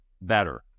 better